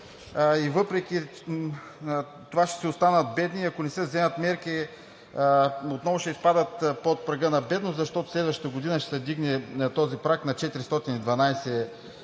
и въпреки това ще си останат бедни. Ако не се вземат мерки, отново ще изпаднат под прага на бедност, защото следващата година този праг ще се